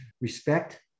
Respect